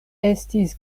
estis